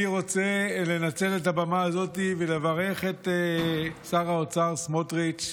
אני רוצה לנצל את הבמה הזאת ולברך את שר האוצר סמוטריץ'